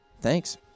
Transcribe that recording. Thanks